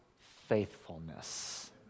faithfulness